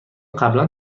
قبلا